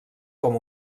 com